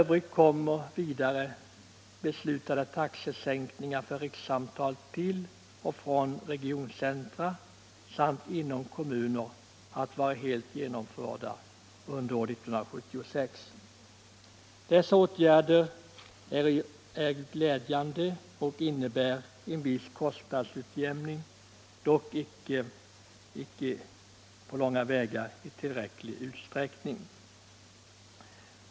Vidare kommer beslutade taxesänkningar till och från regioncentra samt inom kommuner att vara helt genomförda under år 1976. Dessa åtgärder är glädjande och innebär en viss kostnadsutjämning, dock icke på långa vägar i tillräcklig utsträckning.